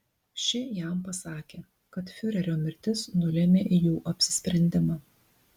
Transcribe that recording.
ši jam pasakė kad fiurerio mirtis nulėmė jų apsisprendimą